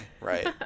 right